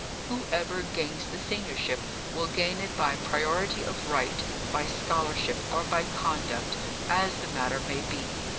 whoever gains the seniorship will gain it by priority of right, by scholarship, or by conduct as the matter may be.